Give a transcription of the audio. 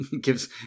Gives